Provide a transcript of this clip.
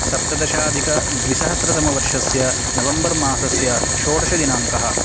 सप्तदशाधिकद्विसहस्रतमवर्षस्य नवम्बर् मासस्य षोडशदिनाङ्कः